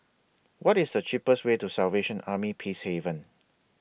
What IS The cheapest Way to Salvation Army Peacehaven